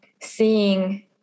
seeing